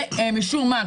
ומשום מה,